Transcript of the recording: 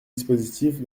dispositifs